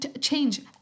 change